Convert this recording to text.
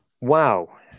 Wow